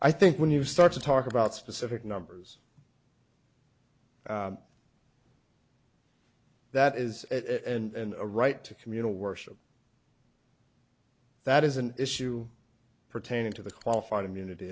i think when you start to talk about specific numbers that is and a right to communal worship that is an issue pertaining to the qualified immunity